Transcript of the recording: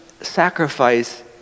sacrifice